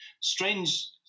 strange